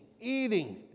eating